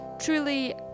truly